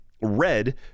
Red